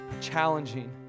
challenging